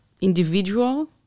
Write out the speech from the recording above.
individual